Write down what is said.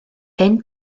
hen